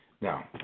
Now